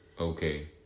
Okay